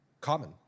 common